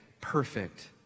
perfect